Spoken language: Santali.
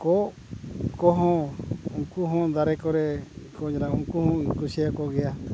ᱠᱚᱜ ᱠᱚᱦᱚᱸ ᱩᱱᱠᱩ ᱦᱚᱸ ᱫᱟᱨᱮ ᱠᱚᱨᱮ ᱠᱚ ᱧᱮᱞᱚᱜᱼᱟ ᱩᱱᱠᱩ ᱦᱚᱧ ᱠᱩᱥᱤᱭᱟᱠᱚ ᱜᱮᱭᱟ